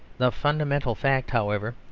the fundamental fact, however,